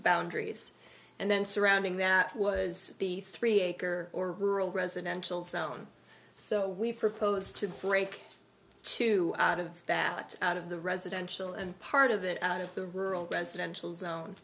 boundaries and then surrounding that was the three acre or rural residential zone so we've proposed to break two of that out of the residential and part of it out of the rural residential zone